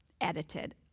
edited